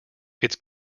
its